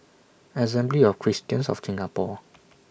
Assembly of Christians of Singapore